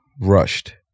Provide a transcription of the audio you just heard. rushed